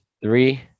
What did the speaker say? Three